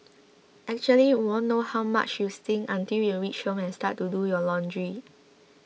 actually you won't know how much you stink until you reach home and start to do your laundry